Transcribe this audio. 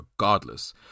regardless